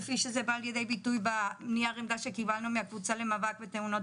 כפי שזה בא לידי ביטוי מנייר העמדה שקבלנו מהקבוצה למאבק בתאונות